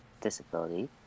disability